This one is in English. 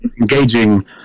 engaging